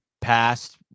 past